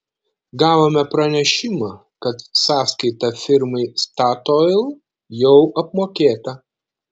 gavome pranešimą kad sąskaita firmai statoil jau apmokėta